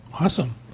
Awesome